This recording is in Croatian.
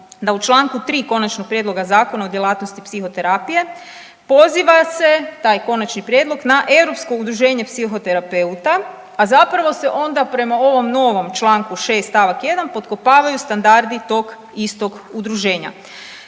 da u čl. 3. Konačnog prijedloga Zakona o djelatnosti psihoterapije poziva se, taj konačni prijedlog, na europsko udruženje psihoterapeuta, a zapravo se onda prema ovom novom čl. 6. st. 1. potkopavaju standardi tog istog udruženja.